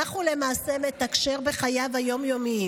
כך הוא למעשה מתקשר בחייו היום-יומיים.